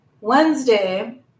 Wednesday